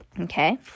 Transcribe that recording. Okay